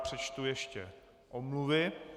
Přečtu ještě omluvy.